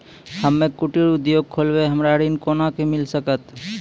हम्मे कुटीर उद्योग खोलबै हमरा ऋण कोना के मिल सकत?